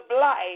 life